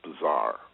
bizarre